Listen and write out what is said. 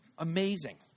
amazing